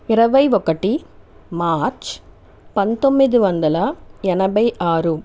ఇరవై ఒకటి మార్చి పంతొమ్మిది వందల ఎనభై ఆరు